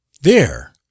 There